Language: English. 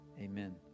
Amen